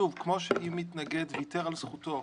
שוב, כמו שאם מתנגד ויתר על זכותו.